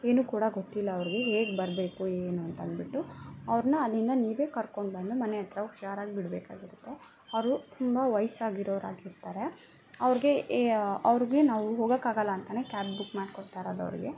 ಏನು ಕೂಡ ಗೊತ್ತಿಲ್ಲ ಅವ್ರಿಗೆ ಹೇಗ್ ಬರಬೇಕು ಏನು ಅಂತನ್ಬಿಟ್ಟು ಅವ್ರನ್ನ ಅಲ್ಲಿಂದ ನೀವೇ ಕರ್ಕೊಂಡ್ಬಂದು ಮನೆ ಹತ್ರ ಹುಷಾರಾಗ್ ಬಿಡಬೇಕಾಗಿರತ್ತೆ ಅವರು ತುಂಬ ವಯ್ಸಾಗಿರೋರು ಆಗಿರ್ತಾರೆ ಅವ್ರಿಗೆ ಅವ್ರಿಗೆ ನಾವು ಹೋಗೋಕ್ಕಾಗಲ್ಲ ಅಂತಾನೆ ಕ್ಯಾಬ್ ಬುಕ್ ಮಾಡ್ಕೊತಾ ಇರೋದು ಅವ್ರಿಗೆ